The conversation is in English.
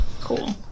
Cool